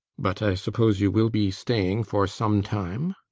but i suppose you will be staying for some time?